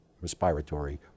respiratory